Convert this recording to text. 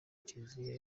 kiliziya